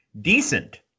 Decent